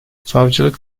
savcılık